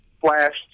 flashed